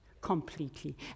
completely